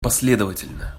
последовательно